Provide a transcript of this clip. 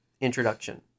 introduction